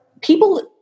people